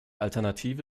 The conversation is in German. alternative